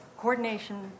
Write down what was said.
coordination